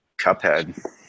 Cuphead